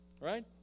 Right